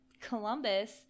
Columbus –